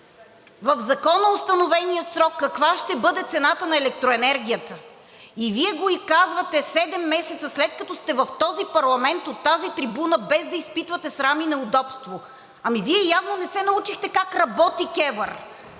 в законоустановения срок каква ще бъде цената на електроенергията. И Вие го казвате – седем месеца след като сте в този парламент, от тази трибуна, без да изпитвате срам и неудобство? Ами Вие явно не се научихте как работи